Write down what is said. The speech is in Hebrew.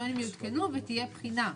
שהקריטריונים יעודכנו ותהיה בחינה.